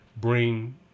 bring